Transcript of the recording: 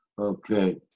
Okay